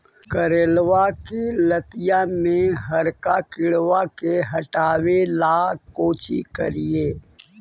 करेलबा के लतिया में हरका किड़बा के हटाबेला कोची करिए?